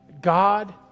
God